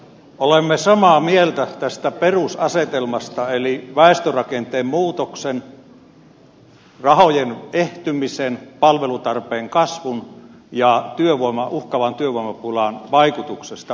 olemme samaa mieltä tästä perusasetelmasta eli väestörakenteen muutoksen rahojen ehtymisen palvelutarpeen kasvun ja uhkaavan työvoimapulan vaikutuksesta uudistukseen